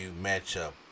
matchup